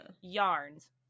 yarns